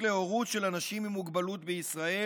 להורות של אנשים עם מוגבלות בישראל